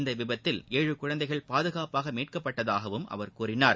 இந்த விபத்தில் ஏழு குழந்தைகள் பாதுகாப்பாக மீட்கப்பட்டதாகவும் அவர் கூறினார்